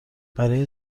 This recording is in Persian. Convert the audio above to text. برای